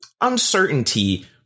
uncertainty